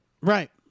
right